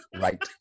Right